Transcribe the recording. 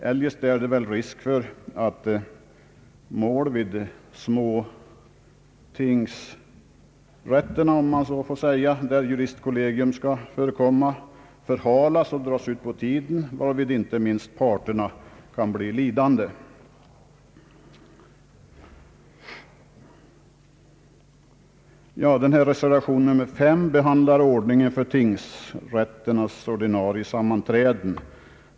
Eljest är det en risk för att mål vid »småtingsrätterna», där juristkollegium skall förekomma, förhalas varvid inte minst parterna kan bli lidande. Reservation 5 behandlar ordningen för tingsrätternas ordinarie sammanträden.